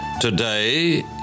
Today